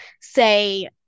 say